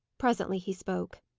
presently he spoke.